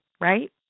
right